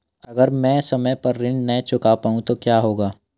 अगर म ैं समय पर ऋण न चुका पाउँ तो क्या होगा?